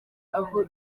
aho